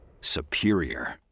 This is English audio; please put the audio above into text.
Superior